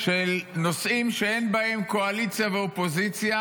של נושאים שאין בהם קואליציה ואופוזיציה,